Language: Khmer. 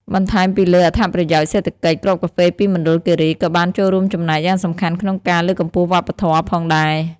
បន្ថែមពីលើអត្ថប្រយោជន៍សេដ្ឋកិច្ច គ្រាប់កាហ្វេពីមណ្ឌលគិរីក៏បានចូលរួមចំណែកយ៉ាងសំខាន់ក្នុងការ លើកកម្ពស់វប្បធម៌ ផងដែរ។